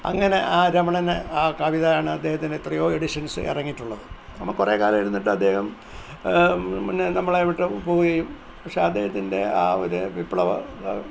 അങ്ങനെ ആ രമണനെ ആ കവിതയാണ് അദ്ദേഹത്തിന് എത്രയോ എഡിഷൻസ് ഇറങ്ങിയിട്ടുള്ളത് അപ്പോള് കുറേക്കാലം ഇരുന്നിട്ട് അദ്ദേഹം മുന്നേ നമ്മളെ വിട്ടുപോവുകയും പക്ഷേ അദ്ദേഹത്തിൻ്റെ ആ ഒരു വിപ്ലവ